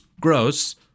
gross